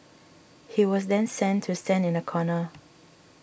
he was then sent to stand in the corner